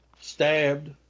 stabbed